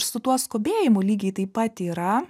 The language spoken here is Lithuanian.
su tuo skubėjimu lygiai taip pat yra